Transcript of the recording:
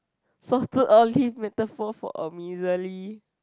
saw two early metaphor for a miserly